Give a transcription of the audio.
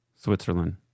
Switzerland